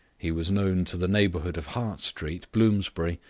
he was known to the neighbourhood of hart street, bloomsbury,